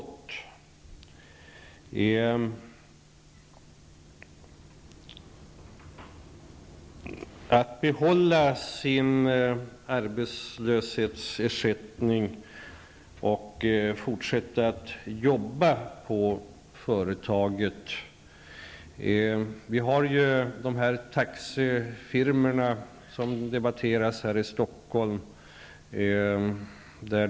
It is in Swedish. Ny Demokrati föreslår att den arbetslöse skall behålla sin arbetslöshetsersättning men ändå jobba på ett företag. I Stockholms debatteras nu vissa taxifirmor.